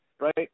right